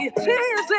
Cheers